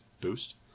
boost